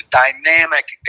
dynamic